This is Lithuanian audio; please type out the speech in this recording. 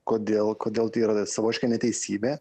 kodėl kodėl tai yra savotiška neteisybė